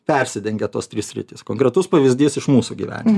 persidengia tos trys sritys konkretus pavyzdys iš mūsų gyvenimo